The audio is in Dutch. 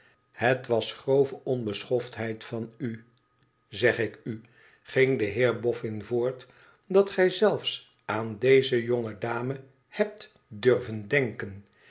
het was grove onbeschoftheid van u zeg ik u ging de heer boffin voort dat gij zelfs aan deze jonge dame hebt durven denken